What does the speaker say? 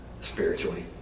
spiritually